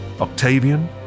Octavian